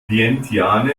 vientiane